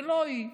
ולא היא,